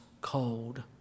cold